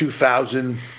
2000